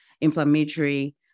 inflammatory